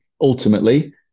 ultimately